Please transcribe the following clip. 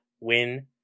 win